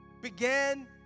began